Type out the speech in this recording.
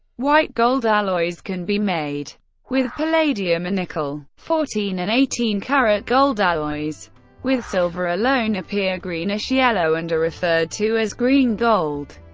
white gold alloys can be made with palladium or nickel. fourteen and eighteen-karat gold alloys with silver alone appear greenish-yellow and are referred to as green gold.